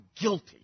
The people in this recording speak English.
guilty